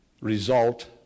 result